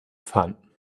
fun